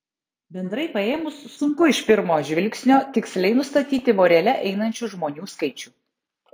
bendrai paėmus sunku iš pirmo žvilgsnio tiksliai nustatyti vorele einančių žmonių skaičių